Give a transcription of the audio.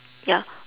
ya